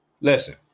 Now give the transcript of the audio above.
Listen